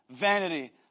vanity